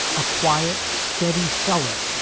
a quiet, steady seller,